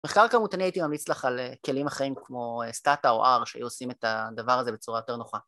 מחקר כמות אני הייתי ממליץ לך על כלים אחרים כמו סטטה או R שיהיו עושים את הדבר הזה בצורה יותר נוחה.